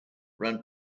ran